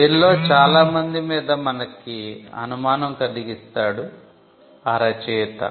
వీరిలో చాలామంది మీదా మనకు అనుమానం కలిగిస్తాడు ఆ రచయిత